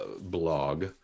blog